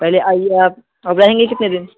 پہلے آئیے آپ آپ رہیں گے کتنے دن